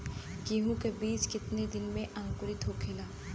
गेहूँ के बिज कितना दिन में अंकुरित होखेला?